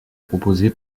proposé